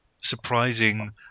surprising